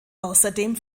außerdem